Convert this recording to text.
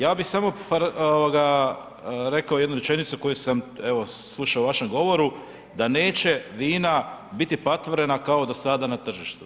Ja bih samo rekao jednu rečenicu koju sam evo slušao u vašem govoru da neće vina biti patvorena kao do sada na tržištu.